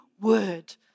word